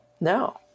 No